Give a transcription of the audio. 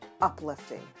uplifting